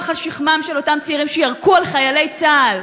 על שכמם של אותם צעירים שירקו על חיילי צה"ל,